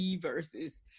versus